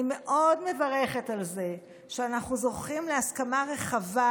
אני מאוד מברכת על זה שאנחנו זוכים להסכמה רחבה,